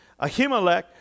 Ahimelech